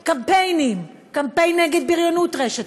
לקמפיינים: קמפיין נגד בריונות רשת,